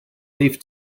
leaf